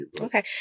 Okay